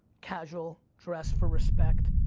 casual, dress for respect,